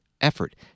effort